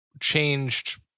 changed